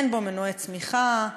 אין בו מנועי צמיחה,